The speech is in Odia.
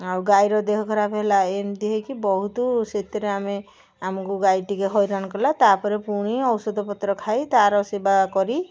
ଆଉ ଗାଈର ଦେହ ଖରାପ ହେଲା ଏମିତି ହେଇକି ବହୁତ ସେଥିରେ ଆମେ ଆମକୁ ଗାଈ ଟିକେ ହଇରାଣ କଲା ତା'ପରେ ପୁଣି ଔଷଧ ପତ୍ର ଖାଇ ତାର ସେବା କରି